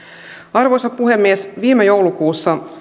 arvoisa puhemies viime joulukuussa